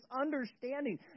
understanding